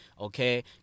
okay